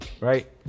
Right